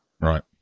Right